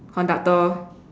conductor